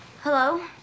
Hello